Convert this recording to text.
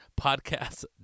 podcast